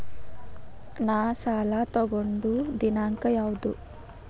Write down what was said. ನಾ ಸಾಲ ತಗೊಂಡು ದಿನಾಂಕ ಯಾವುದು?